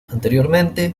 anteriormente